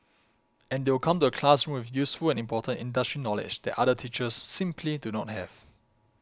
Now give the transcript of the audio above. and they will come to the classroom with useful and important industry knowledge that other teachers simply do not have